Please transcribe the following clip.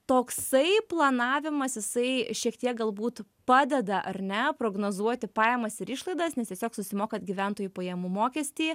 toksai planavimas jisai šiek tiek galbūt padeda ar ne prognozuoti pajamas ir išlaidas nes tiesiog susimokat gyventojų pajamų mokestį